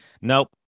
Nope